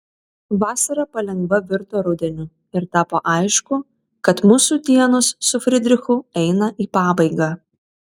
vasara palengva virto rudeniu ir tapo aišku kad mūsų dienos su fridrichu eina į pabaigą